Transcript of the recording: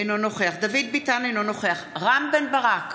אינו נוכח דוד ביטן, אינו נוכח רם בן ברק,